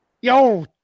Yo